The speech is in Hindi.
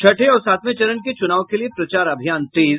छठे और सांतवे चरण के चुनाव के लिए प्रचार अभियान तेज